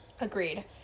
Agreed